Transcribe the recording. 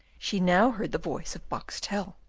she now heard the voice of boxtel.